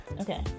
Okay